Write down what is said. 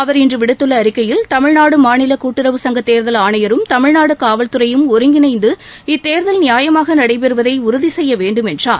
அவர் இன்று விடுத்துள்ள அறிக்கையில் தமிழ்நாடு மாநில கூட்டுறவு சங்க தேர்தல் ஆணையரும் தமிழ்நாடு காவல் துறையும் ஒருங்கிணைந்து இத்தேர்தல் நியாயமாக நடைபெறுவதை உறுதி செய்ய வேண்டும் என்றார்